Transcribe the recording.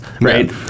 right